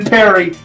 Perry